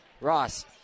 Ross